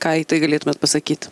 ką į tai galėtumėt pasakyt